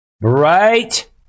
Right